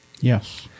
Yes